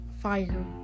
fire